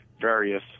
various